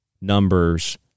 numbers